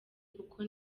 kuko